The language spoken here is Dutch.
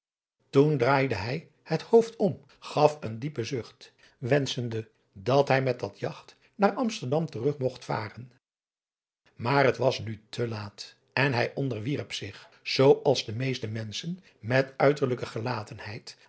toen draaide hij het hoofd om gaf een diepen zucht wenschende dat hij met dat jagt naar amsterdam terug mogt varen maar het was nu te laat en hij onderwierp zich zoo als de meeste menschen met uiterlijke gelatenheid